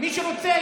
מי שרוצה,